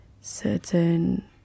certain